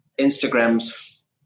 Instagram's